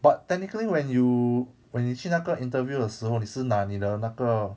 but technically when you when 你去那个 interview 的时候你是拿你的那个